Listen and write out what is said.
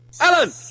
Alan